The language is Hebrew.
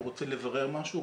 הוא רוצה לברר משהו,